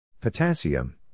potassium